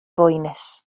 boenus